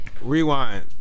rewind